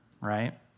right